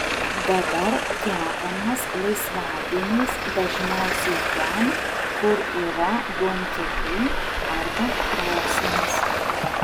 dabar kepamas laisvadieniais dažniausiai ten kur yra duonkepiai arba krosnys